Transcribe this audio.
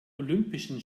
olympischen